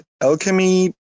Alchemy